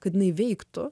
kad jinai veiktų